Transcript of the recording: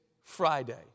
Friday